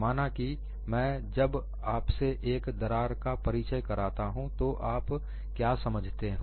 माना कि मैं जब आपसे एक दरार का परिचय कराता हूं तो आप क्या समझते हो